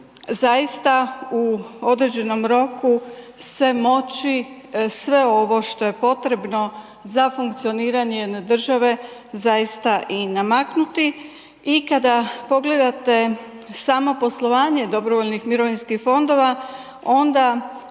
zaista u određenom roku se moći sve ovo što je potrebno za funkcioniranje jedne države zaista i namakunti. I kada pogledate samo poslovanje dobrovoljnih mirovinskih fondova onda